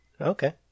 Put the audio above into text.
Okay